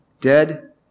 dead